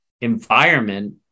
environment